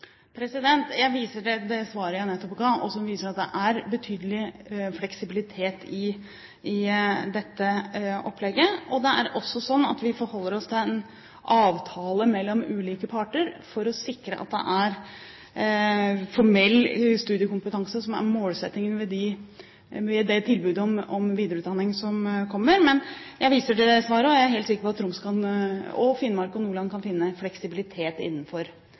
Jeg viser til det svaret jeg nettopp ga, og som viser at det er betydelig fleksibilitet i dette opplegget. Det er også slik at vi forholder oss til en avtale mellom ulike parter for å sikre at det er formell studiekompetanse som er målsettingen ved det tilbudet om videreutdanning som kommer. Jeg viser til det svaret, og jeg er helt sikker på at Troms, Finnmark og Nordland fylkeskommuner kan finne en fleksibilitet innenfor